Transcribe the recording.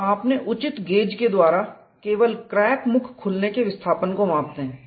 तो आप अपने उचित गेज द्वारा केवल क्रैक मुख खुलने के विस्थापन को मापते हैं